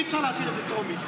אי-אפשר להעביר את זה טרומית,